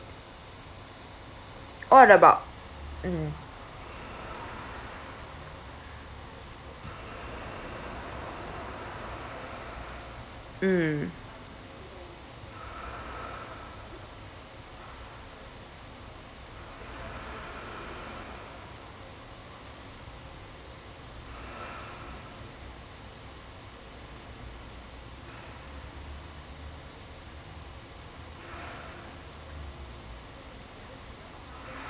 all abroad mm mm